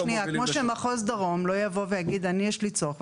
מובילים --- כמו שמחוז דרום לא יבוא ויגיד אני יש לי צורך,